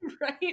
right